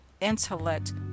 intellect